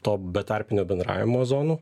to betarpinio bendravimo zonų